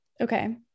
Okay